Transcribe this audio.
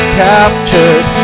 captured